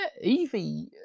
Evie